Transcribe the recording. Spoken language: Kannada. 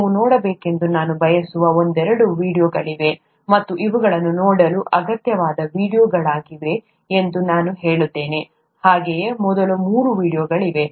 ನೀವು ನೋಡಬೇಕೆಂದು ನಾನು ಬಯಸುವ ಒಂದೆರಡು ವೀಡಿಯೊಗಳಿವೆ ಮತ್ತು ಇವುಗಳು ನೋಡಲು ಅಗತ್ಯವಾದ ವೀಡಿಯೊಗಳಾಗಿವೆ ಎಂದು ನಾನು ಹೇಳುತ್ತೇನೆ ಹಾಗೆಯೇ ಮೊದಲ ಮೂರು ವೀಡಿಯೊಗಳಿವೆ